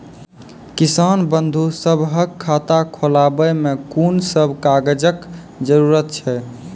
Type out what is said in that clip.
किसान बंधु सभहक खाता खोलाबै मे कून सभ कागजक जरूरत छै?